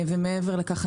ומעבר לכך,